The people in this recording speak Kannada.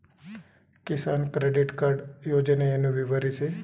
ಕಿಸಾನ್ ಕ್ರೆಡಿಟ್ ಕಾರ್ಡ್ ಯೋಜನೆಯನ್ನು ವಿವರಿಸಿ?